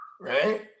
Right